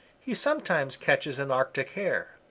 he sometimes catches an arctic hare.